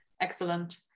Excellent